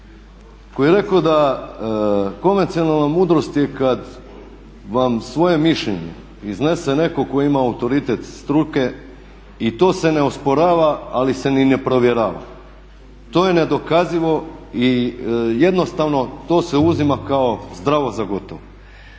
koji je rekao da konvencionalna mudrost je kada vam svoje mišljenje iznese netko tko ima autoritet struke i to se ne osporava ali se ni ne provjerava. To je nedokazivo i jednostavno to se uzima kao zdravo za gotovo.